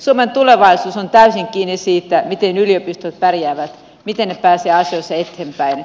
suomen tulevaisuus on täysin kiinni siitä miten yliopistot pärjäävät miten ne pääsevät asioissa eteenpäin